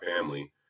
family